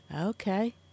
Okay